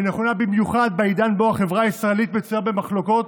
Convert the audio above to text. ונכונה במיוחד בעידן שבו החברה הישראלית מצויה במחלוקות,